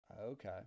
Okay